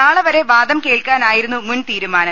നാളെ വരെ വാദം കേൾക്കാനായിരുന്നു മുൻ തീരുമാനം